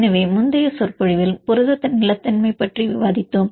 எனவே முந்தைய சொற்பொழிவில் புரத நிலைத்தன்மை பற்றி விவாதித்தோம்